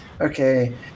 okay